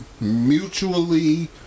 Mutually